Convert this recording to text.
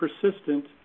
persistent